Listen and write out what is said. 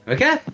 Okay